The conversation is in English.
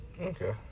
Okay